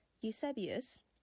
Eusebius